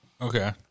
Okay